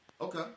Okay